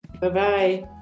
Bye-bye